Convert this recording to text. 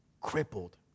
crippled